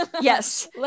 yes